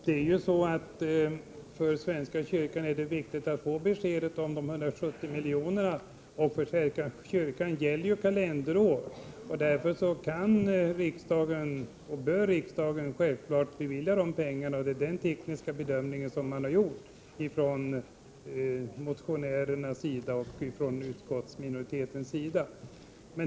Herr talman! För svenska kyrkan är det viktigt att få besked om de 170 miljonerna, och för svenska kyrkans verksamhet gäller kalenderår. Därför bör riksdagen självfallet bevilja dessa medel. Det är den tekniska bedömning som motionärerna och utskottsminoriteten gjort.